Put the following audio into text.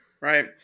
right